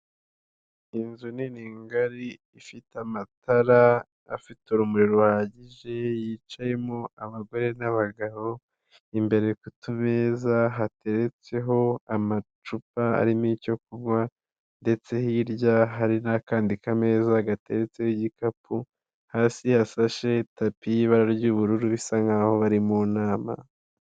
Iyi nzu nini ngari ifite amatara afite urumuri ruhagije, yicayemo abagore n'abagabo, imbere tumeza hateretseho amacupa arimo icyo kunywa, ndetse hirya hari n'akandi kameza gateretseho igikapu, hasi hasashe itapi y'ibara ry'ubururu bisa nkaho bari mu nama.